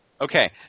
Okay